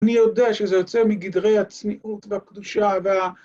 אני יודע שזה יוצא מגדרי העצמיות והקדושה